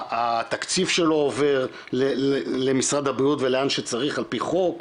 התקציב שלו עובר למשרד הבריאות ולאן שצריך על פי חוק,